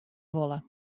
wolle